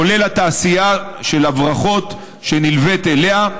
כולל התעשייה של ההברחות שנלווית אליה.